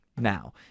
now